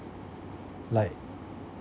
like